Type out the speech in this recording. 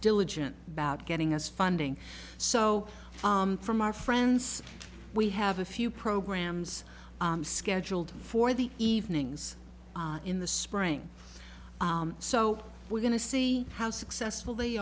diligent about getting us funding so from our friends we have a few programs scheduled for the evenings in the spring so we're going to see how successful they